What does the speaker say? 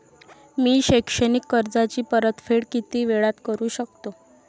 मी शैक्षणिक कर्जाची परतफेड किती वेळात करू शकतो